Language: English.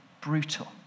brutal